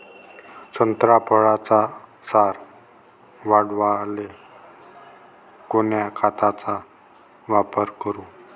संत्रा फळाचा सार वाढवायले कोन्या खताचा वापर करू?